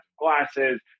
glasses